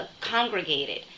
congregated